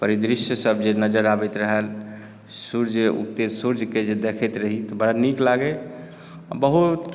परिदृश्यसभ जे नजर आबैत रहैय सूर्य उगते सूर्यके जे देखैत रही से बड़ा नीक लागय